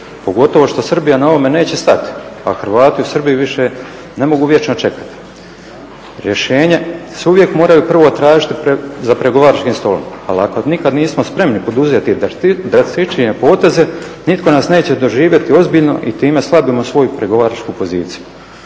pogotovo što Srbija na ovome neće stati, a Hrvati u Srbiji više ne mogu vječno čekati. Rješenja se uvijek moraju prvo tražiti za pregovaračkim stolom, ali ako nikad nismo spremni poduzeti drastičnije poteze, nitko nas neće doživjeti ozbiljno i time slabimo svoju pregovaračku poziciju.